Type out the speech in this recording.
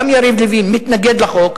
גם יריב לוין, מתנגד לחוק,